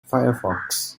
firefox